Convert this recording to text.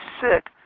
sick